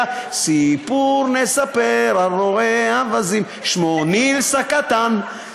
היה: "סיפור נספר על רועה אווזים, שמו נילס הקטן".